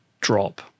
drop